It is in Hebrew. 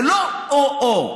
זה לא או או,